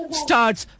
starts